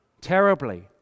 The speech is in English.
terribly